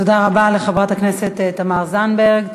תודה רבה לחברת הכנסת תמר זנדברג.